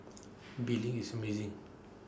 bee Ling is amazing